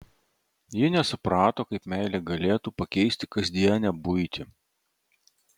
ji nesuprato kaip meilė galėtų pakeisti kasdienę buitį